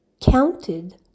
counted